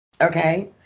okay